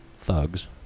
thugs